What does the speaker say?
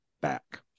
back